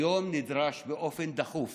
היום נדרש באופן דחוף